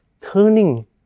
turning